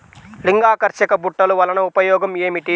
లింగాకర్షక బుట్టలు వలన ఉపయోగం ఏమిటి?